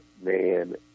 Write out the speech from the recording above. man